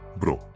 bro